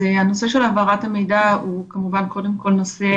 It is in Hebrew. אז הנושא של העברת המידע הוא כמובן קודם כל נושא